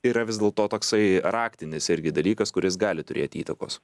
yra vis dėlto toksai raktinis irgi dalykas kuris gali turėti įtakos